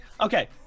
Okay